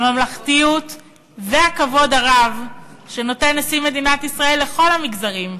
הממלכתיות והכבוד הרב שמביע נשיא מדינת ישראל כלפי כל המגזרים,